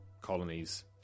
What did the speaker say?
colonies